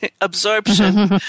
absorption